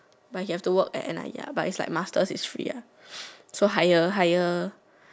but he have to work at N_I_E ah but is like masters is free ah so higher higher